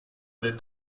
del